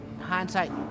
hindsight